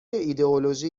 ایدئولوژی